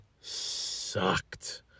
sucked